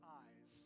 eyes